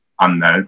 unknown